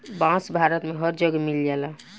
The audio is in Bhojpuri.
बांस भारत में हर जगे मिल जाला